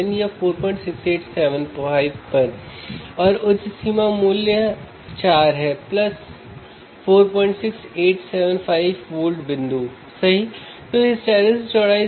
Refer Time 1238 आप क्रमशः 1 volt और 2 वोल्ट लगा सकते हैं ठीक है